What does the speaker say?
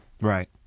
Right